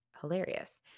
hilarious